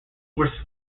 were